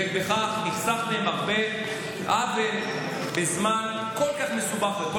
ובכך נחסך מהם הרבה עוול בזמן כל כך מסובך וכל